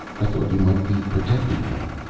i thought you might be protecting him.